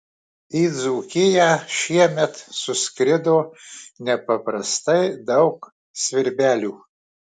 į dzūkiją šiemet suskrido nepaprastai daug svirbelių